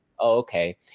okay